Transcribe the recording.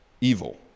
evil